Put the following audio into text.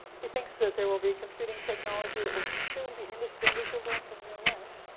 he thinks that there will be computing technology that will soon be indistinguishable from real life.